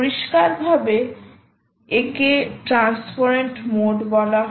পরিষ্কারভাবে একে transparent mode বলা হয়